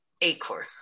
acorn